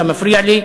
אתה מפריע לי,